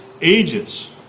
ages